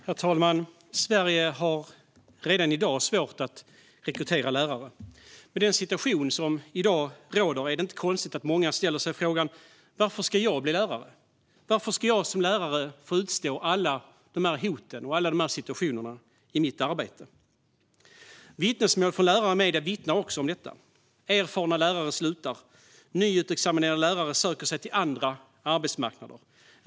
Herr talman! Sverige har redan i dag svårt att rekrytera lärare. Med den situation som i dag råder är det inte konstigt att många ställer sig frågan: Varför ska jag bli lärare? Varför ska jag som lärare utstå alla dessa hot och alla dessa situationer i mitt arbete? Vittnesmål från lärare i medierna talar också om detta. Erfarna lärare slutar. Nyutexaminerade lärare söker sig till andra arbetsmarknader.